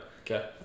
Okay